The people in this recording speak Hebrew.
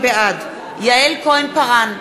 בעד יעל כהן-פארן,